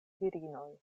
virinoj